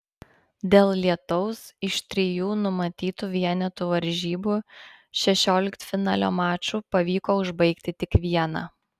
dėl lietaus iš trijų numatytų vienetų varžybų šešioliktfinalio mačų pavyko užbaigti tik vieną